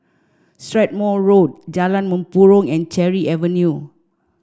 Strathmore Road Jalan Mempurong and Cherry Avenue